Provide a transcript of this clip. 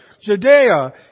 Judea